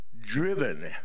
driven